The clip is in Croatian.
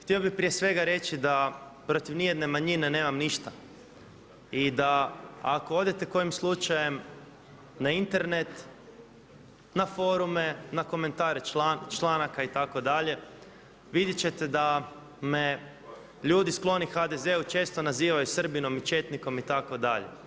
Htio bi prije svega reći da protiv ni jedne manjine nemam ništa i da ako odete kojim slučajem na Internet, na forume, na komentare članaka itd., vidjet ćete da me ljudi skloni HDZ-om često nazivaju Srbinom i četnikom itd.